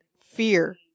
fear